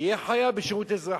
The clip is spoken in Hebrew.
יהיה חייב בשירות אזרחי.